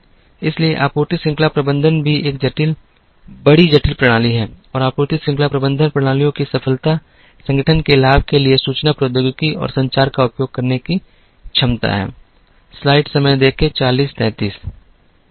इसलिए आपूर्ति श्रृंखला प्रबंधन भी एक बड़ी जटिल प्रणाली है और आपूर्ति श्रृंखला प्रबंधन प्रणालियों की सफलता संगठन के लाभ के लिए सूचना प्रौद्योगिकी और संचार का उपयोग करने की क्षमता है